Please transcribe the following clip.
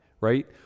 right